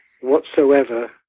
whatsoever